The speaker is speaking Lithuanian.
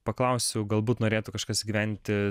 paklausiu galbūt norėtų kažkas gyventi